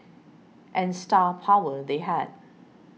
and star power they had